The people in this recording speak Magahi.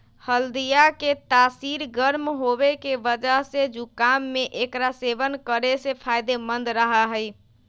हल्दीया के तासीर गर्म होवे के वजह से जुकाम में एकरा सेवन करे से फायदेमंद रहा हई